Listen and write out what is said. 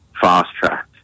fast-tracked